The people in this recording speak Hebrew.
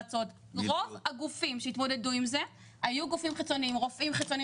רוב הגופים שהתמודדו עם זה היו גופים חיצוניים כמו רופאים,